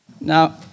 Now